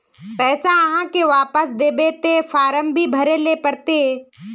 पैसा आहाँ के वापस दबे ते फारम भी भरें ले पड़ते?